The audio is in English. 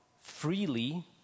freely